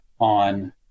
on